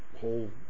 whole